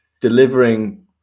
delivering